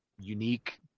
unique